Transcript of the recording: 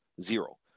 Zero